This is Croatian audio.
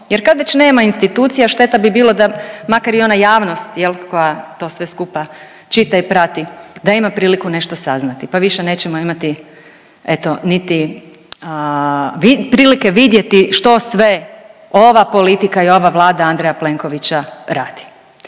jer kad već nema institucija šteta bi bilo da makar i ona javnost jel koja to sve skupa čita i prati da ima priliku nešto saznati, pa više nećemo imati eto niti prilike vidjeti što sve ova politika i ova Vlada Andreja Plenkovića radi.